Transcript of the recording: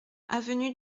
avenue